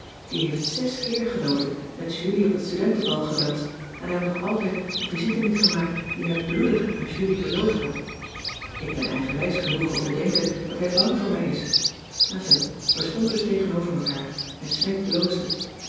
die heeft zes keer geloof ik met julie op het studentenbal gedanst en hij had nog altijd de visite niet gemaakt die hij bloedig aan julie beloofd had ik ben eigenwijs genoeg om te denken dat hij bang voor mij is enfin we stonden dus tegenover mekaar en smidt bloosde